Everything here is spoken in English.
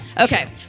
Okay